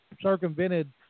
circumvented